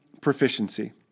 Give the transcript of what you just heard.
proficiency